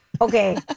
Okay